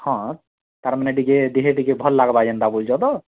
ହଁ ତା'ର ମାନେ ଟିକେ ଟିକେ ଭଭ ଲାଗବା ଯେନ୍ତା ବୋଲୁଛ ତ